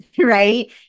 right